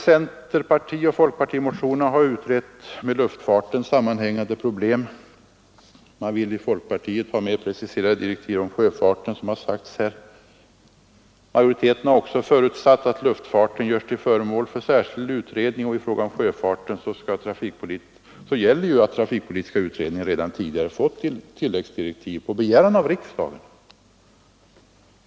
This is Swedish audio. Centerpartioch folkpartimotionärerna vill utreda med luftfarten sammanhängande problem och man vill i folkpartiet ha mer preciserade direktiv om sjöfarten. Majoriteten i utskottet har också förutsatt att luftfarten görs till föremål för särskild utredning. I fråga om sjöfarten gäller att trafikpolitiska utredningen redan tidigare fått tilläggsdirektiv på begäran av riksdagen.